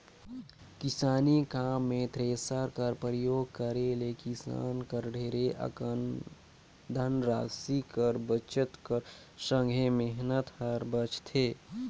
किसानी काम मे थेरेसर कर परियोग करे ले किसान कर ढेरे अकन धन रासि कर बचत कर संघे मेहनत हर बाचथे